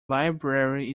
library